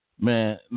Man